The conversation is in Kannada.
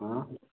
ಆಂ